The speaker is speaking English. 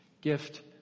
gift